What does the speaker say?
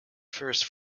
first